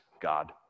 God